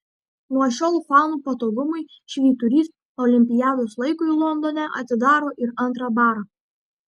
nuo šiol fanų patogumui švyturys olimpiados laikui londone atidaro ir antrą barą